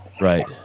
Right